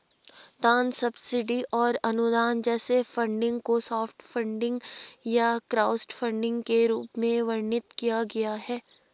दान सब्सिडी और अनुदान जैसे फंडिंग को सॉफ्ट फंडिंग या क्राउडफंडिंग के रूप में वर्णित किया गया है